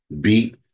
beat